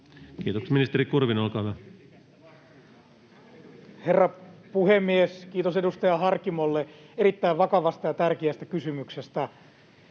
liik) Time: 16:57 Content: Herra puhemies! Kiitos edustaja Harkimolle erittäin vakavasta ja tärkeästä kysymyksestä.